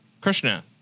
Krishna